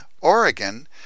Oregon